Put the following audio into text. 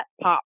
Pop